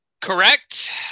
Correct